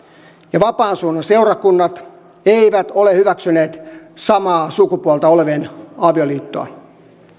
ja vapaan suunnan seurakunnat eivät ole hyväksyneet samaa sukupuolta olevien avioliittoa